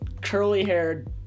Curly-haired